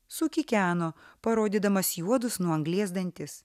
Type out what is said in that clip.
sukikeno parodydamas juodus nuo anglies dantis